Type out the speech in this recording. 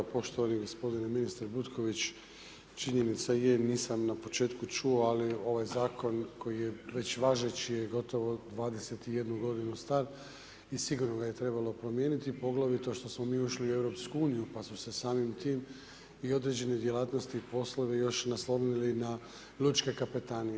Poštovani gospodine ministre Butković, činjenica je, nisam na početku čuo ali ovaj zakon koji je već važeći je gotovo 21 godinu star i sigurno ga je trebalo promijeniti i poglavito što smo mi ušli u EU pa su se samim tim i određene djelatnosti i poslovi još naslovili na Lučke kapetanije.